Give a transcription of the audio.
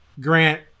Grant